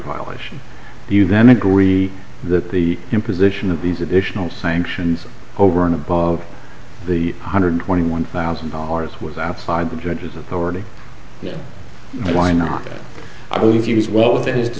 violation you then agree that the imposition of these additional sanctions over and above the hundred twenty one thousand dollars was outside the judge's authority and why not i believe he was well within